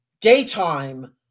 daytime